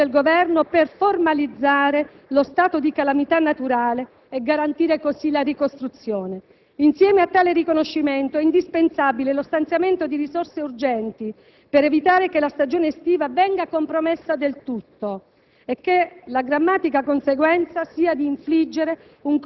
ritengo necessario un intervento immediato del Governo per formalizzare lo stato di calamità naturale e garantire così la ricostruzione. Insieme a tale riconoscimento, è indispensabile lo stanziamento di risorse urgenti per evitare che la stagione estiva venga compromessa del tutto,